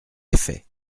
effets